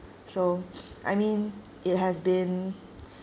so I mean it has been